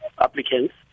applicants